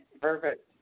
Perfect